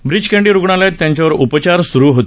ब्रीच कँडी रुग्णालयात त्यांच्यावर उपचार स्रु होते